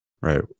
right